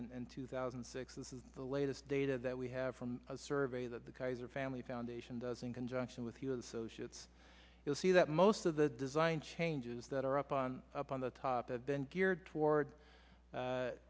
and two thousand and six this is the latest data that we have from a survey that the kaiser family foundation does in conjunction with you associates you'll see that most of the design changes that are up on up on the top of been geared toward